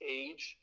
age